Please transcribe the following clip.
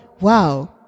wow